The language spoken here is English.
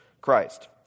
Christ